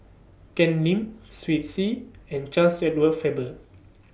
Ken Lim Twisstii and Charles Edward Faber